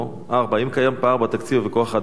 4. האם קיים פער בתקציב ובכוח-אדם בין הכוח